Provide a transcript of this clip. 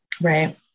right